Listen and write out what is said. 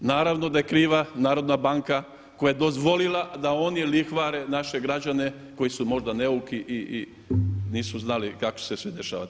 Naravno da je kriva i Narodna banka koja je dozvolila da oni lihvare naše građane koji su možda neuki i nisu znali kako će se sve dešavati.